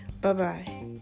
Bye-bye